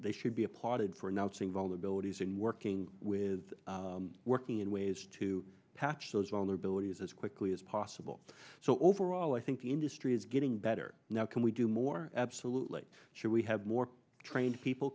they should be applauded for announcing vulnerabilities and working with working in ways to patch those vulnerabilities as quickly as possible so overall i think the industry is getting better now can we do more absolutely should we have more trained people